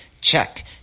check